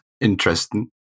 interesting